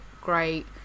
great